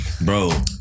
bro